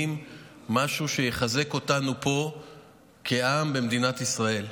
משהו שיחזק אותנו פה כעם במדינת ישראל.